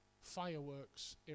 fireworks